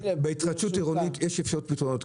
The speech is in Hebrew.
בהתחדשות עירונית יש עוד פתרונות,